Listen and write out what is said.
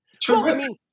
terrific